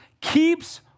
keeps